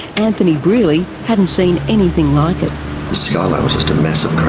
anthony brearley hadn't seen anything like it. the skyline was just a mass of